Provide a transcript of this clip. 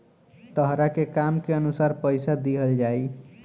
तहरा के काम के अनुसार पइसा दिहल जाइ